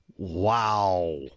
wow